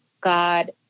God